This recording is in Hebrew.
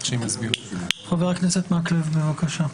חבר הכנסת מקלב, בבקשה.